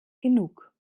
genug